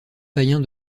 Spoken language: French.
païen